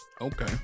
Okay